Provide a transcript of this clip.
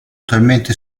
talmente